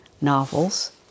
Novels